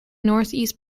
northeast